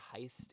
heist